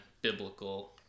biblical